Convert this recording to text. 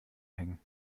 hängen